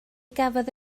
gafodd